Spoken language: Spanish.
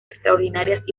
extraordinarias